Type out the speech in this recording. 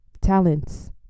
Talents